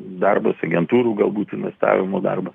darbas agentūrų galbūt investavimo darbas